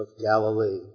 Galilee